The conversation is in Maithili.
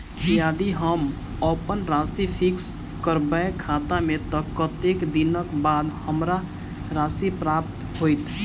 यदि हम अप्पन राशि फिक्स करबै खाता मे तऽ कत्तेक दिनक बाद हमरा राशि प्राप्त होइत?